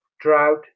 drought